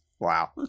Wow